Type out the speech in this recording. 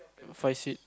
five seed